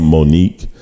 Monique